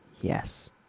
yes